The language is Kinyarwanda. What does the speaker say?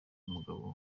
umugabo